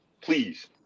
Please